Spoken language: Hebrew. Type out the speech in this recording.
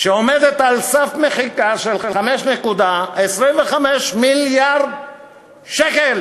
שעומדת על סף מחיקה של 5.25 מיליארד שקל